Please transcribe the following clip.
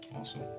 Awesome